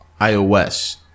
iOS